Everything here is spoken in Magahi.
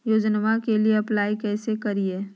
योजनामा के लिए अप्लाई कैसे करिए?